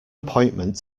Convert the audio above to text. appointment